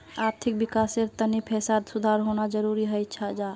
आर्थिक विकासेर तने पैसात सुधार होना जरुरी हय जा छे